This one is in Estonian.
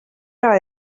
ära